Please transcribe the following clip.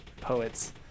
poets